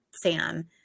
Sam